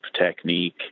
technique